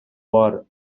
war